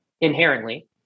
inherently